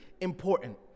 important